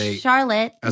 Charlotte